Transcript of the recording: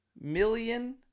million